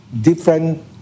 different